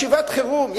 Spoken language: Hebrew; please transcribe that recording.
ישיבת חירום,